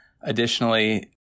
additionally